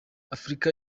afurika